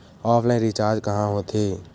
Offline recharge कहां होथे?